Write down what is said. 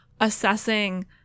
assessing